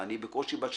/ (ואני בקושי בת שנתיים)